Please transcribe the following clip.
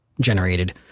generated